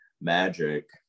magic